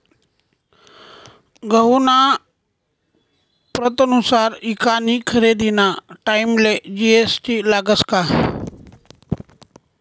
गहूना प्रतनुसार ईकानी खरेदीना टाईमले जी.एस.टी लागस का?